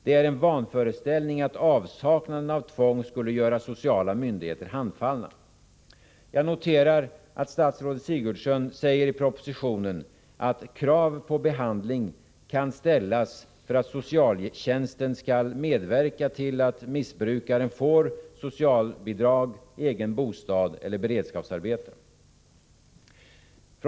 Det är en vanföreställning att avsaknaden av tvång skulle göra sociala myndigheter handfallna. Jag noterar att statsrådet Sigurdsen säger i propositionen att krav kan ställas på att socialtjänsten medverkar till att missbrukaren får socialbidrag, egen bostad eller beredskapsarbete.